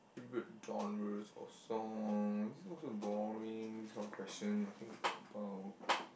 favourite genres of songs this one also boring this kind of question nothing to talk about